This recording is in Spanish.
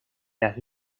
las